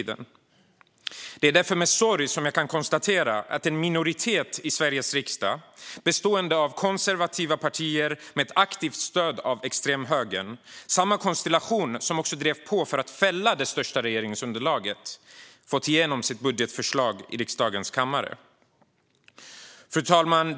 Det är därför med sorg jag kan konstatera att en minoritet i Sveriges riksdag bestående av konservativa partier med ett aktivt stöd av extremhögern, samma konstellation som också drev på för att fälla det största regeringsunderlaget, fått igenom sitt budgetförslag i riksdagens kammare. Fru talman!